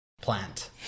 plant